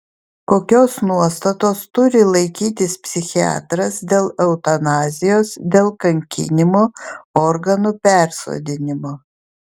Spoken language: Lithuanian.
kokios nuostatos turi laikytis psichiatras dėl eutanazijos dėl kankinimo organų persodinimo